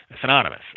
synonymous